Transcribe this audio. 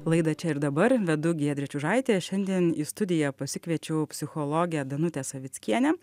laidą čia ir dabar vedu giedrė čiužaitė šiandien į studiją pasikviečiau psichologė danutė savickienė